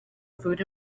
food